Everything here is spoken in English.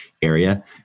area